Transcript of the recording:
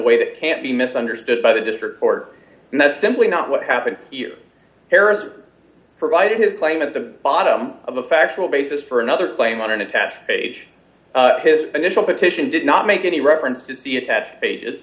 way that can't be misunderstood by the district court and that's simply not what happened here harris provided his claim at the bottom of the factual basis for another claim on an attached page his initial petition did not make any reference to see attached pages